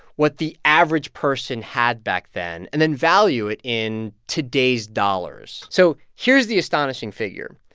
what the average person had back then and then value it in today's dollars. so here's the astonishing figure.